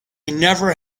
never